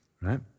Right